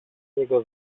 jego